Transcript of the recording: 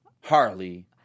Harley